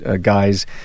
guys